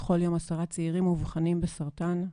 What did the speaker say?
בכל יום 10 צעירים מאובחנים בסרטן.